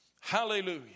Hallelujah